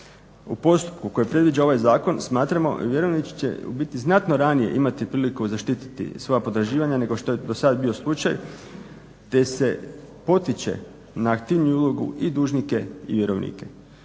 U postupku koji predviđa ovaj zakon smatramo i vjerovnici će u biti znatno ranije imati priliku zaštiti svoja potraživanja nego što je dosad bio slučaj gdje se potiče na aktivniju ulogu i dužnike i vjerovnike.